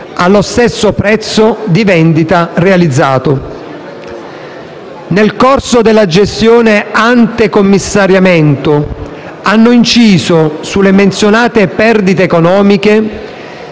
allo stesso prezzo di vendita realizzato. Nel corso della gestione ante-commissariamento hanno inciso sulle menzionate perdite economiche